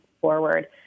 forward